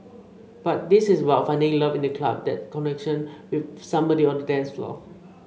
but this is about finding love in the club that connection with somebody on the dance floor